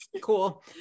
cool